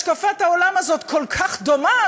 השקפת העולם הזאת כל כך דומה,